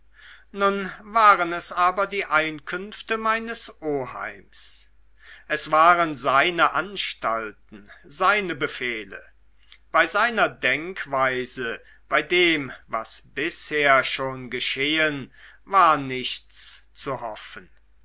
nun waren es aber die einkünfte meines oheims es waren seine anstalten seine befehle bei seiner denkweise bei dem was bisher schon geschehen war nichts zu hoffen